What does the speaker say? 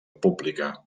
pública